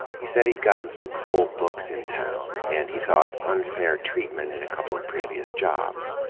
he said he'd gotten some cold looks in town and, he thought, unfair treatment in a couple of previous jobs.